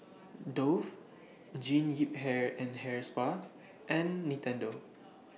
Dove Jean Yip Hair and Hair Spa and Nintendo